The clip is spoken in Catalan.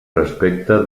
respecta